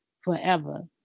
forever